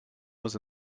was